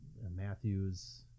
Matthews